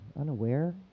unaware